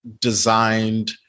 designed